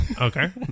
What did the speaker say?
Okay